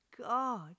God